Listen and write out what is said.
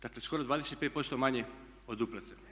Dakle, skoro 25% manje od uplate.